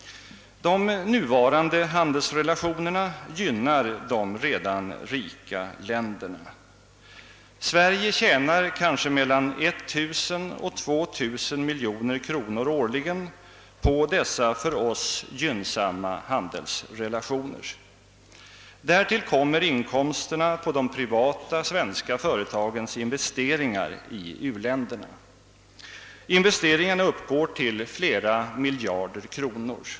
De nuvarande handelsrelationerna gynnar de redan rika länderna. Sverige tjänar kanske mellan 1000 och 2 000 miljoner kronor årligen på dessa för oss gynnsamma handelsrelationer. Därtill kommer inkomsterna på de privata svenska företagens investeringar i u-länderna. Investeringarna uppgår till flera miljarder kronor.